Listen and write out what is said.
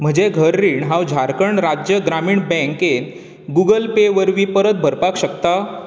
म्हजें घर रीण हांव झारखंड राज्य ग्रामीण बँकेंत गूगल पे वरवीं परत भरपाक शकता